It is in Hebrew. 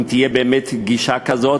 אם תהיה באמת גישה כזאת,